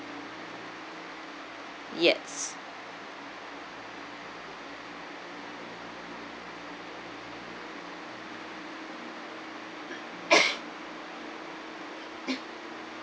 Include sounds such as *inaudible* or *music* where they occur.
yes *coughs*